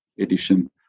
edition